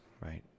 right